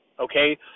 okay